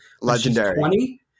Legendary